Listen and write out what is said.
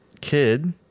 Kid